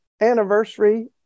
anniversary